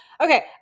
okay